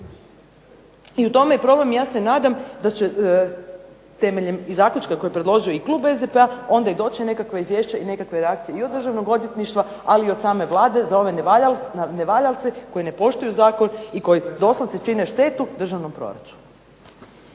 I u tome je problem i ja se nadam da će temeljem zaključka koji je predložio i klub SDP-a onda i doći nekakva izvješća i nekakve reakcije i od Državnog odvjetništva, ali i od same Vlade za ove nevaljalce koji ne poštuju zakon i koji doslovce čine štetu državnom proračunu.